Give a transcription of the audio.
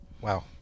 Wow